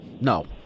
No